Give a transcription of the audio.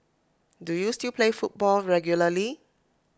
do you still play football regularly